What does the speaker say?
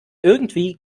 irgendwie